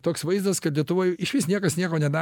toks vaizdas kad lietuvoj išvis niekas nieko neda